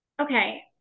okay